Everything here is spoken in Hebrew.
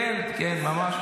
ממש לא.